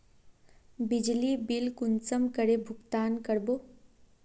बिजली बिल कुंसम करे भुगतान कर बो?